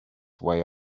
way